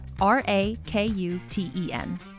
R-A-K-U-T-E-N